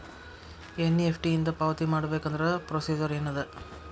NEFT ಇಂದ ಪಾವತಿ ಮಾಡಬೇಕಂದ್ರ ಪ್ರೊಸೇಜರ್ ಏನದ